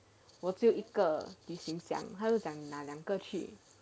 我只有一个旅行箱她就讲那两个去